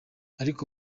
ariko